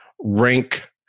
rank